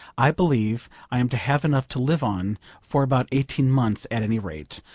i believe i am to have enough to live on for about eighteen months at any rate,